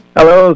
Hello